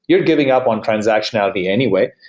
you're giving up on transactionality anyway.